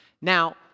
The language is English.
Now